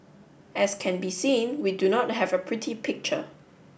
as can be seen we do not have a pretty picture